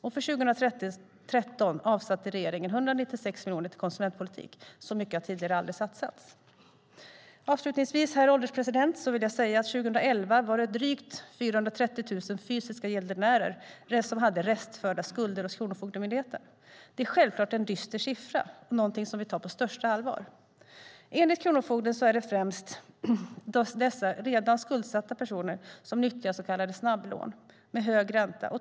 För år 2013 avsatte regeringen 196 miljoner kronor till konsumentpolitik. Så mycket har aldrig tidigare satsats. Avslutningsvis, herr ålderspresident, vill jag säga att det 2011 var drygt 430 000 fysiska gäldenärer som hade restförda skulder hos Kronofogdemyndigheten. Det är självklart en dyster siffra och någonting som vi tar på största allvar. Enligt kronofogden är det främst dessa redan skuldsatta personer som nyttjar så kallade snabblån med hög ränta.